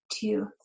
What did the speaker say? two